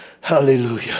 Hallelujah